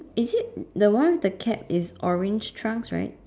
is it the one with the cap is orange trunks right